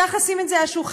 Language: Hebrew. צריך לשים את זה על השולחן.